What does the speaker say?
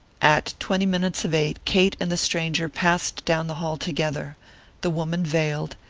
at twenty minutes of eight kate and the stranger passed down the hall together the woman veiled,